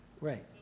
Right